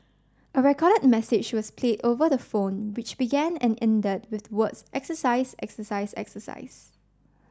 a recorded message was played over the phone which began and ended with the words exercise exercise exercise